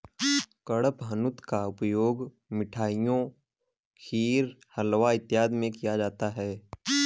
कडपहनुत का उपयोग मिठाइयों खीर हलवा इत्यादि में किया जाता है